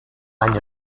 año